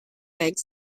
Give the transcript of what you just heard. bags